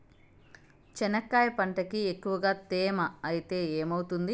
చెనక్కాయ పంటకి ఎక్కువగా తేమ ఐతే ఏమవుతుంది?